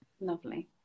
lovely